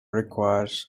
requires